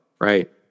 Right